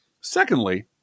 Secondly